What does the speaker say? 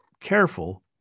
careful